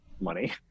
money